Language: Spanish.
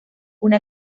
una